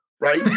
right